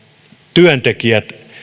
työntekijät